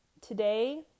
today